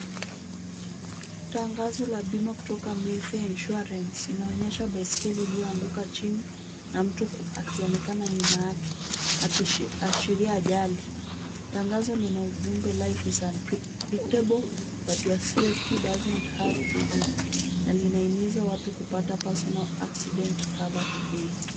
Tangazo la bima kutoka MayFair Insurance, inaonyesha baiskeli ilyoanguka chini na mtu akionekana nyuma yake, akiashiria ajali. Tangazo lina ujumbe life is unpredictable, but your safety doesn't have to be na linahimiza watu kupata personal accident cover today .